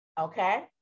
Okay